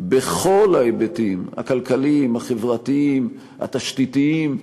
בכל ההיבטים הכלכליים, החברתיים, התשתיתיים,